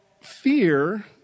fear